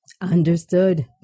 Understood